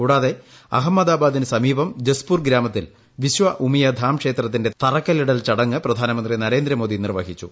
കൂടാതെ അഹമ്മദാബാദിനു സമീപം ജസ്പൂർ ഗ്രാമത്തിൽ വിശ്വ ഉമിയ ധം ക്ഷേത്രത്തിന്റെ തറക്കല്ലിടൽ ചടങ്ങ് പ്രധാനമന്ത്രി നരേന്ദ്രമോദി നിർവ്വഹിച്ചു